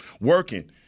working